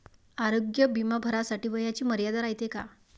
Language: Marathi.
आरोग्य बिमा भरासाठी वयाची मर्यादा रायते काय?